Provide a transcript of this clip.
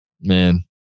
Man